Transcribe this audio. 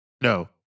no